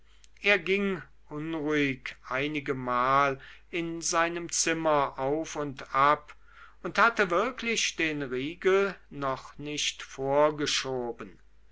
er ging unruhig einigemal in seinem zimmer auf und ab und hatte wirklich den riegel noch nicht vorgeschoben